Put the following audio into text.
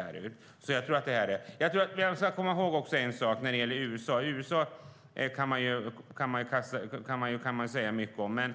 Vi ska komma ihåg en sak när det gäller USA. Man kan säga mycket om USA.